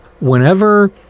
whenever